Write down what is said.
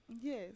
Yes